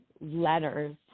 letters